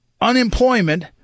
unemployment